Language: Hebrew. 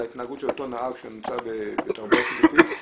על ההתנהגות של אותו נהג שנמצא בתחבורה שיתופית,